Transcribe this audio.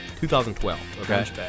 2012